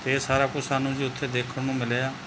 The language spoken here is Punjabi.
ਇਹ ਸਾਰਾ ਕੁਛ ਸਾਨੂੰ ਜੀ ਉੱਥੇ ਦੇਖਣ ਨੂੰ ਮਿਲਿਆ